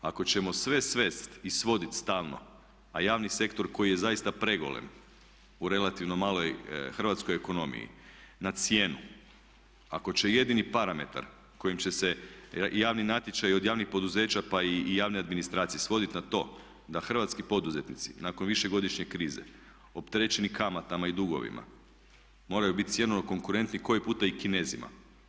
Ako ćemo sve svesti i svodit stalno, a javni sektor koji je zaista pregolem u relativno maloj hrvatskoj ekonomiji na cijenu, ako će jedini parametar kojim će se javni natječaj od javnih poduzeća pa i javne administracije svodit na to da hrvatski poduzetnici nakon višegodišnje krize opterećeni kamatama i dugovima, moraju biti cjenovno konkurenti koji puta i Kinezima.